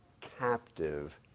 captive